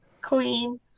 clean